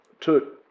Took